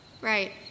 Right